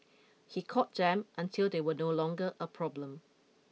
he caught them until they were no longer a problem